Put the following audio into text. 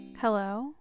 Hello